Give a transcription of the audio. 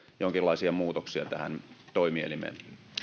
jonkinlaisia muutoksia tähän toimielimeen